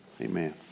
amen